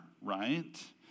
right